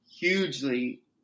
hugely